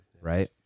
right